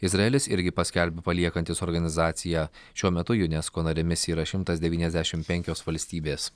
izraelis irgi paskelbė paliekantis organizaciją šiuo metu unesco narėmis yra šimtas devyniasdešim penkios valstybės